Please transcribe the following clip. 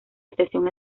estación